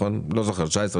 אני לא זוכר אם זה היה 2019,